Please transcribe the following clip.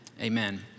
amen